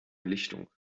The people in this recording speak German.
lichtung